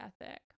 ethic